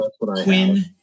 Quinn